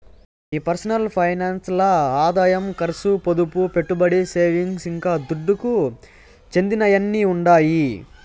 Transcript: ఈ personal finance ల్ల ఆదాయం కర్సు, పొదుపు, పెట్టుబడి, సేవింగ్స్, ఇంకా దుడ్డుకు చెందినయ్యన్నీ ఉండాయి